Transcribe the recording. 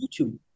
YouTube